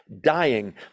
dying